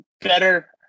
better